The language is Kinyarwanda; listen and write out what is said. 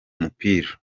mupira